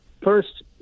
first